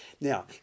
Now